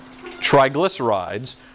triglycerides